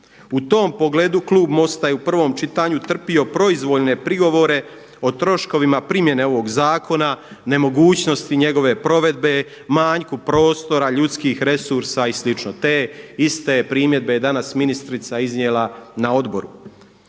U tom pogledu klub MOST-a je u prvom čitanju trpio proizvoljne prigovore o troškovima primjene ovog zakona, nemogućnosti njegove provedbe, manjku prostora, ljudskih resursa i slično. Te iste primjedbe je danas ministrica iznijela na odboru.